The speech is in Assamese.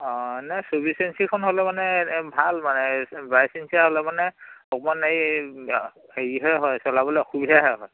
অ' নাই চৌব্বিছ ইঞ্চিখন হ'লে মানে ভাল মানে বাইছ ইঞ্চিয়া হ'লে মানে অকণমান এই হেৰিহে হয় চলাবলৈ অসুবিধাহে হয়